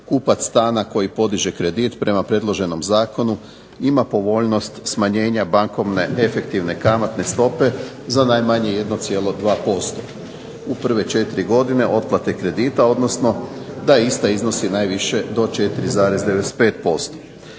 kupac stana koji podiže kredit prema predloženom zakonu ima povoljnost smanjenja bankovne efektivne kamatne stope za najmanje 1,2 u prve četiri godine otplate kredita, odnosno da ista iznosi najviše do 4,95%.